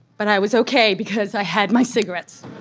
but i was okay because i had my cigarettes,